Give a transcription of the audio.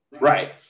Right